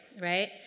Right